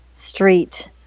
street